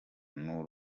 n’u